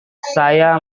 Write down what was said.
saya